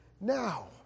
now